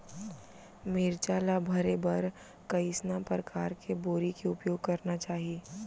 मिरचा ला भरे बर कइसना परकार के बोरी के उपयोग करना चाही?